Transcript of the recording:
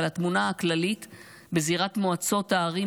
אבל התמונה הכללית בזירת מועצות הערים